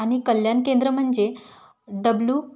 आणि कल्याण केंद्र म्हणजे डब्लू